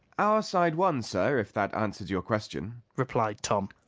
our side won, sir. if that answers your question, replied tom.